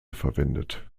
verwendet